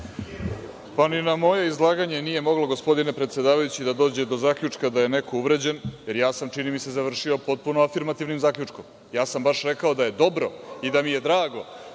Pa ni na moje izlaganje nije moglo, gospodine predsedavajući, da dođe do zaključka da je neko uvređen, jer ja sam, čini mi se, završio potpuno afirmativnim zaključkom. Ja sam baš rekao da je dobro i da mi je drago